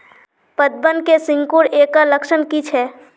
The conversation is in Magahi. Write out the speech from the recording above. पतबन के सिकुड़ ऐ का लक्षण कीछै?